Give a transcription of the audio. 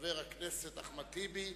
חבר הכנסת אחמד טיבי,